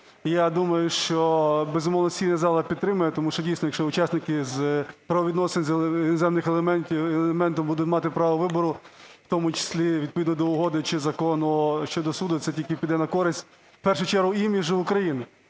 Я думаю, що, безумовно, сесійна зала підтримає, тому що дійсно, якщо учасники правовідносин з іноземним елементом будуть мати право вибору, у тому числі відповідно до угоди чи закону щодо суду, це тільки піде на користь, у першу чергу іміджу України.